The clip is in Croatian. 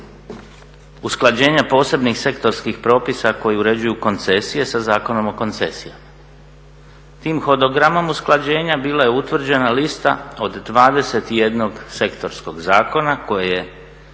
usklađenja posebnih sektorskih propisa koji uređuju koncesije sa Zakonom o koncesijama. Tim hodogramom usklađenja bila je utvrđena lista od 21 sektorskog zakona koje je